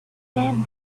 then